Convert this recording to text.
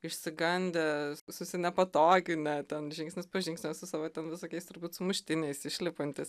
išsigandę susinepatoginę ten žingsnis po žingsnio su savo ten visokiais turbūt sumuštiniais išlipantys